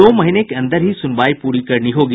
दो महीने के अंदर ही सुनवाई पूरी करनी होगी